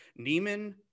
Neiman